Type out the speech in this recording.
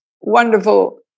wonderful